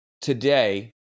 today